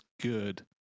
good